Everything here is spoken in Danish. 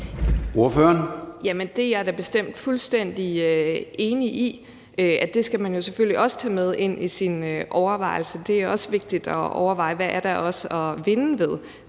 Det er jeg da bestemt fuldstændig enig i at man selvfølgelig også skal tage med i sine overvejelser. Det er også vigtigt at overveje, hvad der er at vinde ved